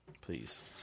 please